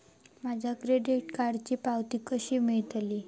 माझ्या क्रेडीट कार्डची पावती कशी मिळतली?